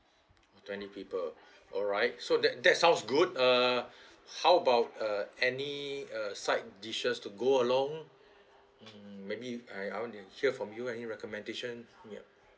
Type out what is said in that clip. twenty people alright so that that sounds good uh how about uh any uh side dishes to go along mm maybe I I want to hear from you any recommendation yup